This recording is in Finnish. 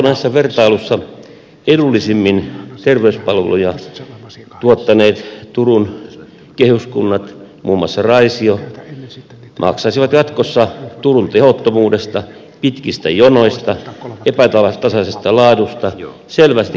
valtakunnallisessa vertailussa edullisimmin terveyspalveluja tuottaneet turun kehyskunnat muun muassa raisio maksaisivat jatkossa turun tehottomuudesta pitkistä jonoista epätasaisesta laadusta selvästi kalliimman hinnan